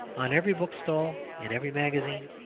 on every bookstall, in every magazine,